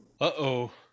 Uh-oh